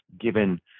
given